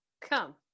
come